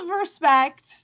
respect